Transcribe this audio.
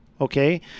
Okay